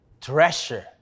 treasure